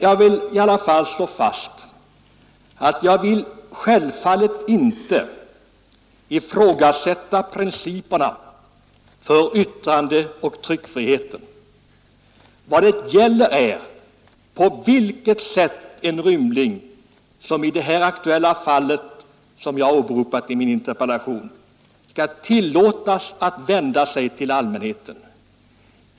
Jag vill i alla fall slå fast att jag självfallet inte ifrågasätter principerna för yttrandeoch tryckfriheten. Vad det gäller är på vilket sätt en rymling, som i det aktuella fall som jag har åberopat, skall tillåtas att vända sig till allmänheten.